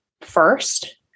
first